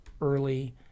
early